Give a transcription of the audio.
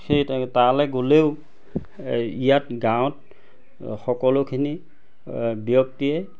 সেই তালে গ'লেও ইয়াত গাঁৱত সকলোখিনি ব্যক্তিয়ে